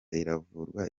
iravurwa